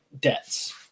debts